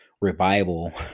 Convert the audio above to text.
revival